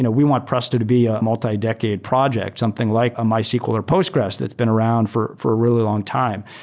you know we want presto to be a multi-decade project, something like a mysql or postgres that's been around for for a really long time.